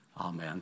Amen